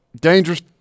dangerous